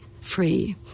free